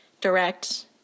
direct